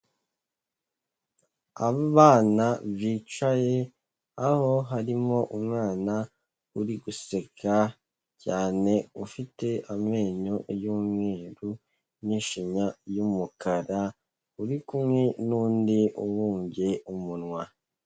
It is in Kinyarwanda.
Abana bicaye aho harimo umwana uri guseka cyane, ufite amenyo y'umweru n'ishinya y'umukara uri kumwe n'undi ubumbye umunwa.